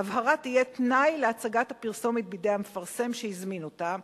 ההבהרה תהיה תנאי להצגת הפרסומת בידי המפרסם שהזמין אותה,